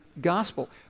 gospel